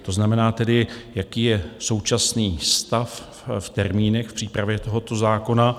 To znamená tedy, jaký je současný stav v termínech v přípravě tohoto zákona?